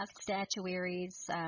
statuaries